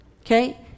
Okay